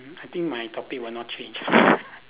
I think my topic will not change